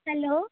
hello